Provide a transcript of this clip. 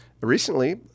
recently